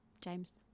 james